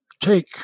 take